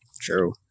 true